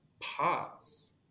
pause